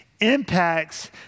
Impacts